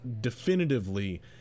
definitively